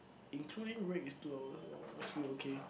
including break is two hours oh excluding okay